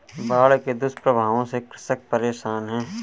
बाढ़ के दुष्प्रभावों से कृषक परेशान है